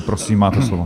Prosím, máte slovo.